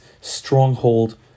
stronghold